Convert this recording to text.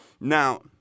Now